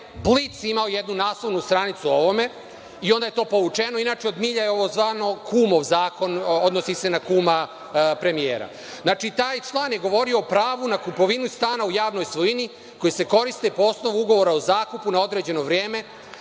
je imao jednu naslovnu stranicu o ovome i onda je to povučeno, inače, od milja je ovo zvano „kumov zakon“, odnosi se na kuma premijera. Znači, taj član je govorio o pravu na kupovinu stana u javnoj svojini koji se koristi po osnovu ugovora o zakupu na određeno vreme.